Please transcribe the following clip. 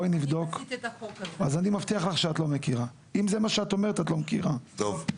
אפשר לחכות חודש, חודשיים.